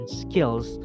skills